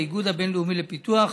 באיגוד הבין-לאומי לפיתוח,